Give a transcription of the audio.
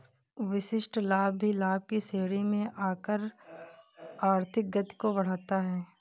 विशिष्ट लाभ भी लाभ की श्रेणी में आकर आर्थिक गति को बढ़ाता है